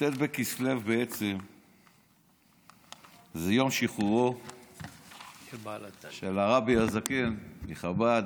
י"ט בכסלו זה יום שחרורו של הרבי הזקן מחב"ד,